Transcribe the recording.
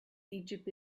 egypt